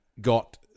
got